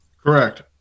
Correct